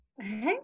Hey